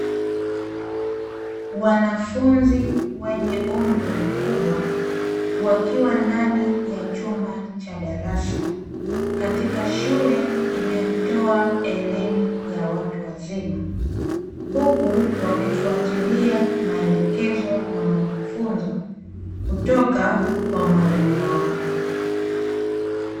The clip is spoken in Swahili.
Wanafunzi wenye umri mkubwa wakiwa ndani ya chumba cha darasa katika shule inayotoa elimu ya watu wazima, huku wakifuatilia maelekezo na majifunzo kutoka kwa mwalimu wao.